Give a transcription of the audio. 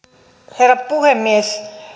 herra puhemies